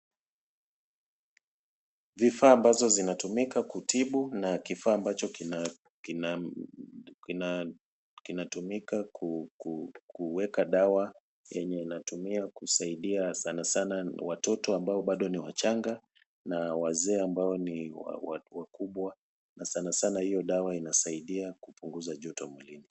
Vifaa ambazo vinatumika kutibu na kifaa ambacho kinatumika kuweka dawa yenye inatumiwa kusaidia sana sanaa watoto ambao bado ni wachanga na wazee ambao ni watu wakubwa na sana sana hiyo dawa inasaidia kupunguza joto mwilini.